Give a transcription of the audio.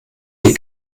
die